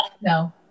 No